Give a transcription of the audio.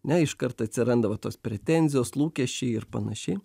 ne iškart atsiranda va tos pretenzijos lūkesčiai ir panašiai